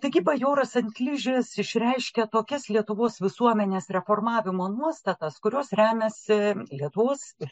taigi bajoras ant ližės išreiškia tokias lietuvos visuomenės reformavimo nuostatas kurios remiasi lietuvos ir